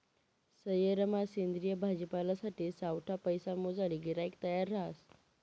सयेरमा सेंद्रिय भाजीपालासाठे सावठा पैसा मोजाले गिराईक तयार रहास